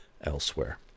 elsewhere